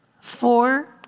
four